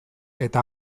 eta